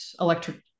electric